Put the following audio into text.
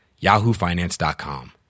yahoofinance.com